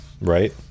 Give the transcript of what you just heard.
right